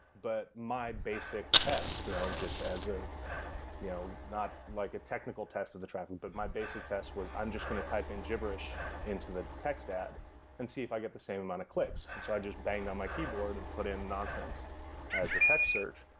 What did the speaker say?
but my basic test you know just as a you know not like a technical test of the traffic, but my basic test was i'm just going to type in gibberish into the text ad and see if i get the same amount of clicks, and so i just bang on my keyboard and put it nonsense as a text search,